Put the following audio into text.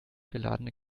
geladene